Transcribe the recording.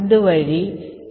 എന്താണ് കാനറി